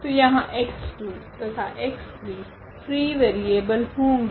तो यहाँ x2 तथा x3 फ्री वेरिएबल होगे